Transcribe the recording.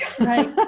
Right